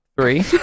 three